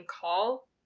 call